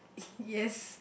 yes